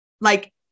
Like-